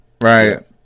right